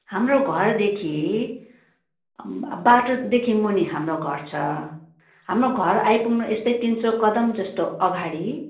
हाम्रो घरदेखि बाटोदेखि मुनि हाम्रो घर छ हाम्रो घर आइपुग्नु यस्तै तिन सय कदम जस्तो अगाडि